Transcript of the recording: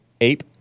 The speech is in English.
Ape